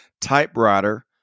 typewriter